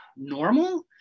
Normal